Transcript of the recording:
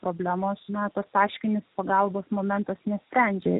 problemos na tas taškinis pagalbos momentas nesprendžia